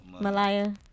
Malaya